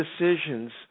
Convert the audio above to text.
decisions